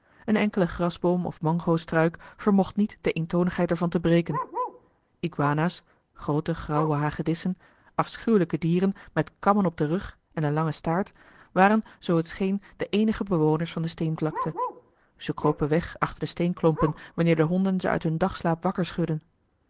een enkele grasboom of mangostruik vermocht niet de eentonigheid er van te breken iguana's groote grauwe hagedissen afschuwelijke dieren met kammen op den rug en den langen staart waren zoo t scheen de eenige bewoners van de steenvlakte ze kropen weg achter de steenklompen wanneer de honden ze uit hun dagslaap wakker schudden